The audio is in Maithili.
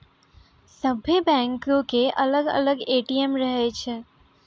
सभ्भे बैंको के अलग अलग ए.टी.एम रहै छै